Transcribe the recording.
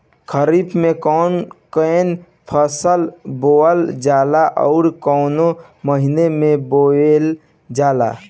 खरिफ में कौन कौं फसल बोवल जाला अउर काउने महीने में बोवेल जाला?